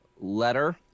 letter